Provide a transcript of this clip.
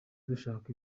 dushaka